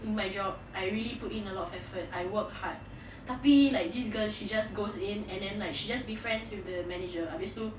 in my job I really put in a lot of effort I work hard tapi like this girl she just goes in and then like she just be friends with the manager habis tu